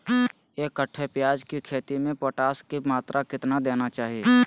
एक कट्टे प्याज की खेती में पोटास की मात्रा कितना देना चाहिए?